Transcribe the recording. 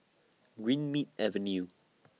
Greenmead Avenue